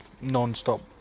non-stop